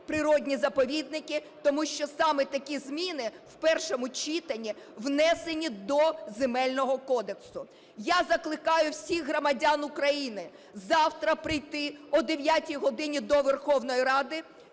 природні заповідники. Тому що саме такі зміни в першому читанні внесені до Земельного кодексу. Я закликаю всіх громадян України завтра прийти о 9 годині до Верховної Ради